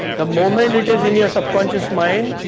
the moment it is in your subconscious mind,